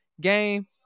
game